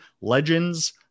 Legends